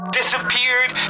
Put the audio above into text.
disappeared